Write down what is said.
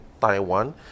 Taiwan